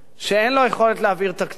שאין לו יכולת להעביר תקציב.